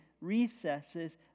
recesses